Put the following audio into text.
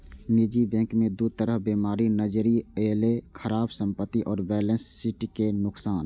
निजी बैंक मे दू तरह बीमारी नजरि अयलै, खराब संपत्ति आ बैलेंस शीट के नुकसान